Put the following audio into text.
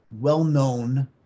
well-known